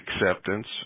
acceptance